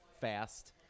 fast